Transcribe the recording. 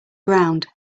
ground